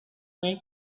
wait